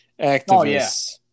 activists